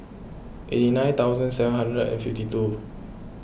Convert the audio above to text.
eighty nine thousand seven hundred and fifty two